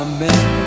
Amen